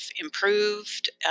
improved